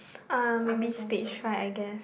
ah maybe stage fright I guess